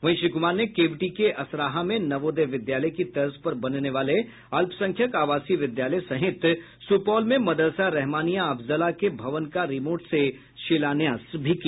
वहीं श्री कुमार ने केवटी के असराहा में नवोदय विद्यालय की तर्ज पर बनने वाले अल्पसंख्यक आवासीय विद्यालय सहित सुपौल में मदरसा रहमानिया अफजला के भवन का रिमोट से शिलान्यास भी किया